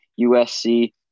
USC